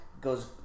goes